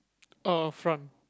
orh front